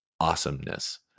awesomeness